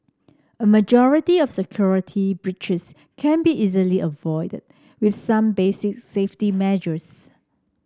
a majority of security breaches can be easily avoided with some basic safety measures